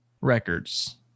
records